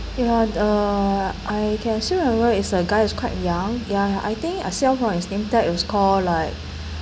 ya uh I can still remember is uh guy he's quite young ya I think I saw in his nametag it's call like